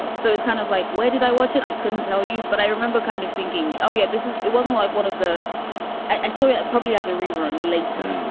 so it's kind of like, why did i watch it? i couldn't tell you. but i remember kind of thinking, oh, yeah, this is. it wasn't like one of the i saw yeah it probably as a rerun later,